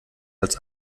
als